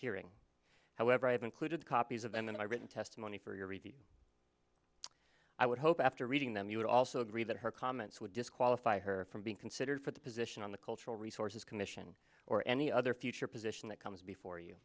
hearing however i have included copies of them and i written testimony for your review i would hope after reading them you would also agree that her comments would disqualify her from being considered for the position on the cultural resources commission or any other future position that comes before you